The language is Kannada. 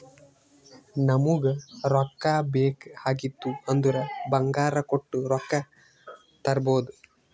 ನಮುಗ್ ರೊಕ್ಕಾ ಬೇಕ್ ಆಗಿತ್ತು ಅಂದುರ್ ಬಂಗಾರ್ ಕೊಟ್ಟು ರೊಕ್ಕಾ ತರ್ಬೋದ್